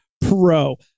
pro